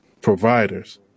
providers